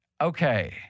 Okay